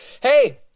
Hey